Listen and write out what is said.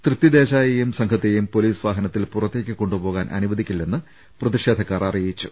തൃപ്തി ദേശായി യെയും സംഘത്തെയും പൊലീസ് വാഹനത്തിൽ പുറത്തേക്ക് കൊണ്ടുപോകാൻ അനുവദിക്കില്ലെന്ന് പ്രതിഷേധക്കാർ അറിയിച്ചു